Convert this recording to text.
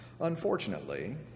Unfortunately